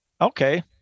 Okay